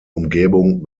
umgebung